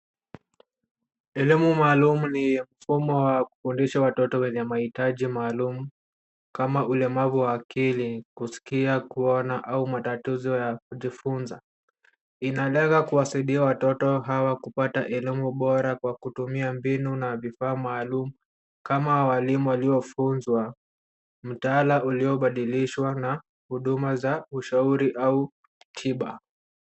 Elimu maalum ni mfumo wa kufundisha watoto wenye mahitaji maalum kama ulemavu wa akili, kusikia kuona au matatizo ya kujifunza. Inalenga kuwasaidia watoto hawa kupata elimu bora kwa kutumia mbinu na vifaa maalum kama walimu walio funzwa mtaala ulio badilishwa na huduma za ushauri au tiba.